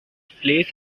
placed